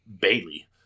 Bailey